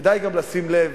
כדאי גם לשים לב